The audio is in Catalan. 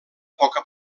poca